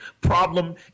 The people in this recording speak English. problem